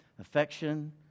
affection